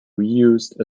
reused